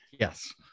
Yes